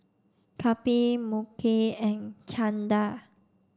Kapil Mukesh and Chanda